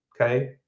okay